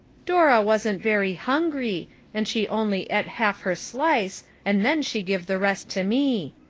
dora wasn't very hungry and she only et half her slice and then she give the rest to me.